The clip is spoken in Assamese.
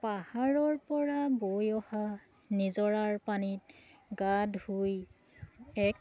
পাহাৰৰ পৰা বৈ অহা নিজৰাৰ পানীত গা ধুই এক